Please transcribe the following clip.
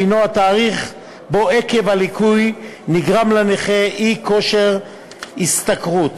שהנו התאריך שבו עקב הליקוי נגרם לנכה אי-כושר השתכרות.